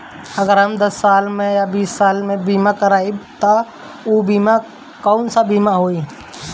अगर हम दस साल या बिस साल के बिमा करबइम त ऊ बिमा कौन सा बिमा होई?